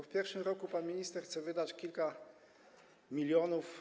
W pierwszym roku pan minister chce wydać kilka milionów.